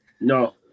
No